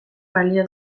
balio